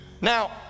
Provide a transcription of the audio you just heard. Now